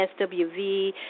SWV